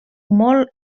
molt